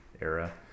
era